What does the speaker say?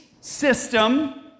system